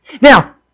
Now